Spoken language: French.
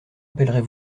appellerez